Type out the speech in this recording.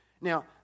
Now